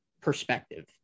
perspective